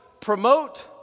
promote